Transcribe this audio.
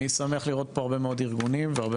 אני שמח לראות פה הרבה מאוד ארגונים והרבה